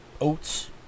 oats